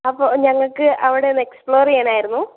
അപ്പോൾ ഞങ്ങൾക്ക് അവിടെ ഒന്ന് എക്സ്പ്ലോർ ചെയ്യാനായിരുന്നു